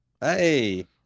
Hey